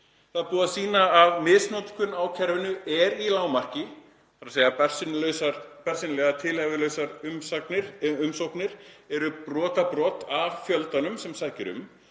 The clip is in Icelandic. Það er búið að sýna að misnotkun á kerfinu er í lágmarki, þ.e. bersýnilega tilhæfulausar umsóknir eru brotabrot af fjöldanum sem sækir um